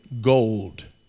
gold